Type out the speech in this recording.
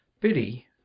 Biddy